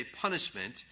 punishment